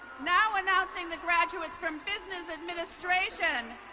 now announcing the graduates from business administration.